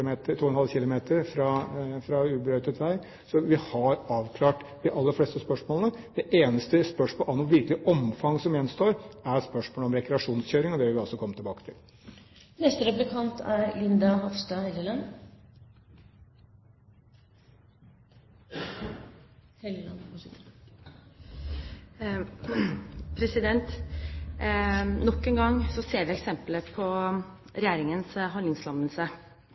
fra ubrøytet vei. Så vi har avklart de aller fleste spørsmålene. Det eneste spørsmålet av noe omfang som gjenstår, er spørsmålet om rekreasjonskjøring, og det vil vi komme tilbake til. Nok en gang ser vi eksempel på regjeringens handlingslammelse, dessverre. Høyre vil gjøre det helt klart at vi